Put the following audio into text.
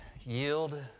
yield